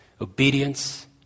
obedience